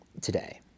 today